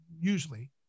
usually